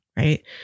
Right